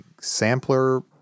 sampler